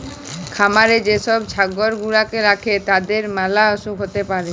খামারে যে সব ছাগল গুলাকে রাখে তাদের ম্যালা অসুখ হ্যতে পারে